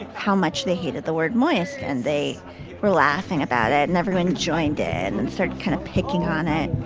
how much they hated the word moist and they were laughing about it and everyone joined in that and sort of kind of picking on it.